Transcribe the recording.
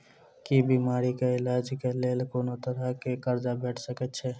की बीमारी कऽ इलाज कऽ लेल कोनो तरह कऽ कर्जा भेट सकय छई?